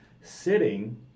sitting